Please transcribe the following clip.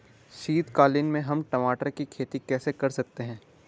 शीतकालीन में हम टमाटर की खेती कैसे कर सकते हैं?